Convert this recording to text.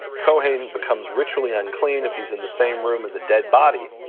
kohen becomes ritually unclean if he's in the same room as a dead body.